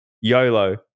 YOLO